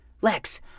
Lex